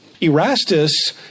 Erastus